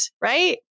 right